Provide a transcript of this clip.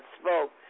spoke